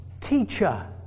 Teacher